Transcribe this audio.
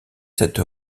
s’être